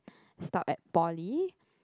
stopped at poly